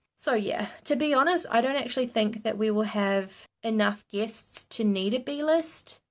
so yeah. to be honest, i don't actually think that we will have enough guests to need a b-list.